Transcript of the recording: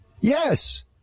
Yes